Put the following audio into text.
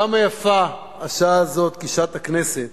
כמה יפה השעה הזאת, שעת הכנסת,